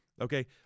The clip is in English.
Okay